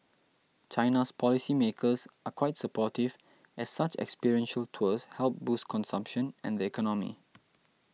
China's policy makers are quite supportive as such experiential tours help boost consumption and the economy